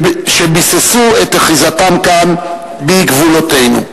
שביססו את אחיזתם כאן בגבולותינו.